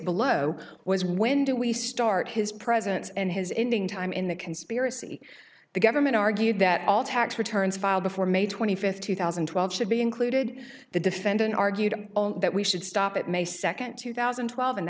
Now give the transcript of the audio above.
below was when do we start his presence and his ending time in the conspiracy the government argued that all tax returns filed before may twenty fifth two thousand and twelve should be included the defendant argued that we should stop at may second two thousand and twelve and